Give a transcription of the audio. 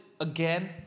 again